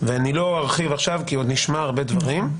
אני לא ארחיב עכשיו כי עוד נשמע הרבה דברים,